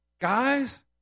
Guys